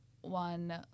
one